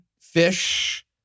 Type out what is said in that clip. Fish